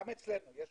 גם אצלנו יש